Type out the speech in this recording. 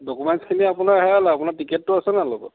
ডকুমেণ্টচখিনি আপোনাৰ হেৰালে আপোনাৰ টিকেটটো আছেনে লগত